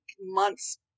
months